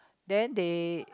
then they